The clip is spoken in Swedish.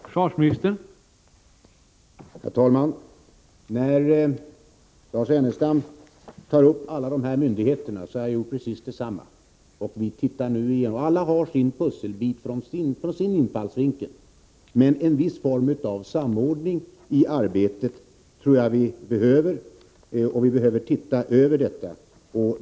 Herr talman! När Lars Ernestam noterar alla dessa myndigheter vill jag säga att jag har gjort precis detsamma. Alla har sin pusselbit från sin infallsvinkel, men en viss form av samordning i arbetet tror jag behövs. Vi behöver se över detta.